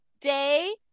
day